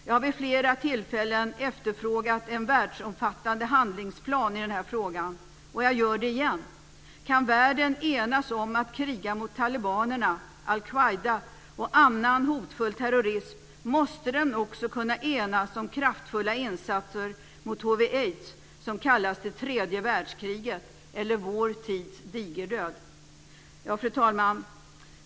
Jag har vid flera tillfällen efterfrågat en världsomfattande handlingsplan i den här frågan. Och jag gör det igen. Kan världen enas om att kriga mot talibanerna, al-Quaida och annan hotfull terrorism måste den också kunna enas om kraftfulla insatser mot hiv/aids, som kallas det tredje världskriget eller vår tids digerdöd. Fru talman!